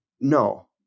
no